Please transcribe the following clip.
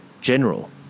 general